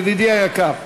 ידידי היקר.